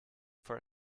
for